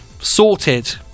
Sorted